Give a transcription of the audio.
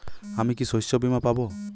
আমি কি শষ্যবীমা পাব?